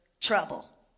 trouble